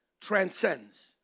transcends